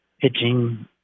pitching